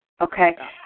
Okay